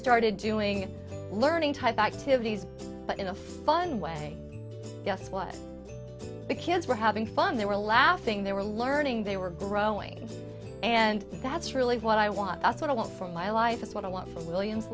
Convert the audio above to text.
started doing learning type activities but in a fun way guess what the kids were having fun they were laughing they were learning they were growing and that's really what i want that's what i want from my life that's what i want for williams